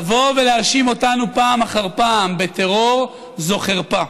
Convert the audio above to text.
לבוא ולהאשים אותנו פעם אחר פעם בטרור זה חרפה.